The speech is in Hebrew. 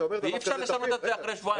אי אפשר לשנות את זה אחרי שבועיים.